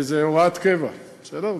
זה הוראת קבע, בסדר?